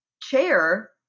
chair